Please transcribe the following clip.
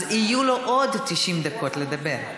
אז יהיו לו עוד 90 דקות לדבר.